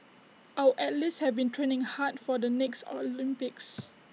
our athletes have been training hard for the next Olympics